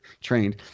trained